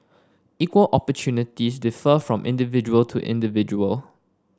equal opportunities differ from individual to individual